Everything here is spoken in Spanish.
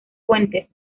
fuentes